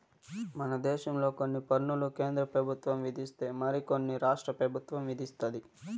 మన దేశంలో కొన్ని పన్నులు కేంద్ర పెబుత్వం విధిస్తే మరి కొన్ని రాష్ట్ర పెబుత్వం విదిస్తది